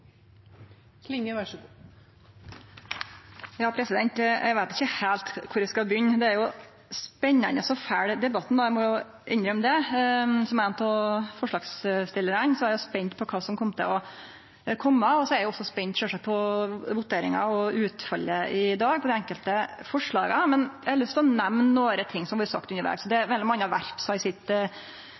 spennande å følgje debatten, eg må innrømme det. Som ein av forslagsstillarane er eg spent på kva som kjem til å kome. Så er eg også spent, sjølvsagt, på voteringa og utfallet for dei enkelte forslaga i dag. Men eg har lyst til å nemne nokre ting som har vorte sagt undervegs. Representanten Werp sa i startinnlegget sitt